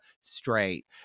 straight